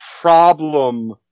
problem